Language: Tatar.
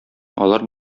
алар